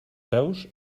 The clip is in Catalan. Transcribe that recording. peus